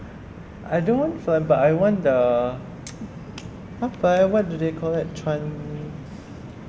I don't want fur but I want the apa eh what do they call it tran~